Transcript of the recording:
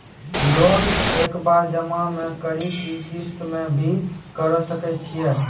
Loan एक बार जमा म करि कि किस्त मे भी करऽ सके छि?